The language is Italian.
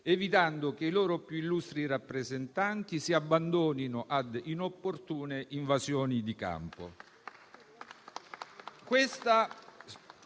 evitando che i loro più illustri rappresentanti si abbandonino a inopportune invasioni di campo.